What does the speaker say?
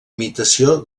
imitació